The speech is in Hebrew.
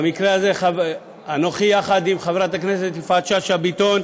במקרה הזה אנוכי יחד עם חברת הכנסת יפעת שאשא ביטון,